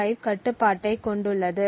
5 கட்டுப்பாட்டைக் கொண்டுள்ளது